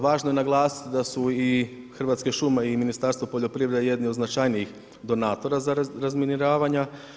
Važno je naglasiti da su i Hrvatske šume i Ministarstvo poljoprivrede jedni od značajnijih donatora za razminiranje.